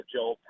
Joe